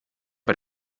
bei